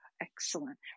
Excellent